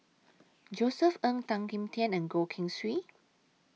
Josef Ng Tan Kim Tian and Goh Keng Swee